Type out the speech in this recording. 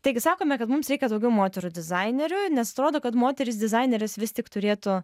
taigi sakome kad mums reikia daugiau moterų dizainerių nes atrodo kad moterys dizaineris vis tik turėtų